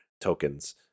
tokens